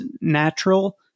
natural